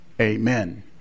Amen